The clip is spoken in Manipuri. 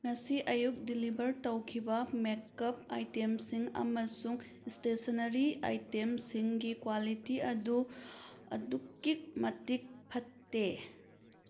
ꯉꯁꯤ ꯑꯌꯨꯛ ꯗꯤꯂꯤꯚꯔ ꯇꯧꯈꯤꯕ ꯃꯦꯛꯀꯞ ꯑꯥꯏꯇꯦꯝꯁꯤꯡ ꯑꯃꯁꯨꯡ ꯏꯁꯇꯦꯁꯟꯅꯔꯤ ꯑꯥꯏꯇꯦꯝꯁꯤꯡꯒꯤ ꯀ꯭ꯋꯥꯂꯤꯇꯤ ꯑꯗꯨ ꯑꯗꯨꯛꯀꯤ ꯃꯇꯤꯛ ꯐꯠꯇꯦ